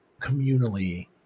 communally